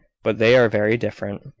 but they are very different.